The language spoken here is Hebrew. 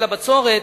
היטל הבצורת.